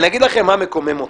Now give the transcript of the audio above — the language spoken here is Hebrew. אני אגיד לכם מה מקומם אותי,